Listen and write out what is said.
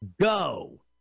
go